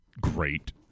great